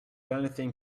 anything